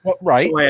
Right